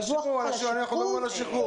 הדיווח הוא על השחרור.